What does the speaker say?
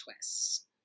twists